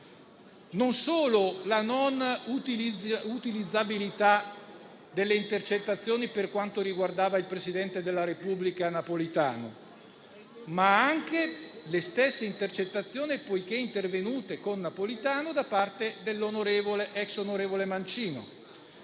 non solo la non utilizzabilità delle intercettazioni per quanto riguardava il presidente della Repubblica Napolitano, ma anche delle stesse intercettazioni, poiché intervenute con Napolitano, dell'ex onorevole Mancino.